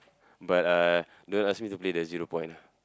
but uh don't ask me to play that zero point ah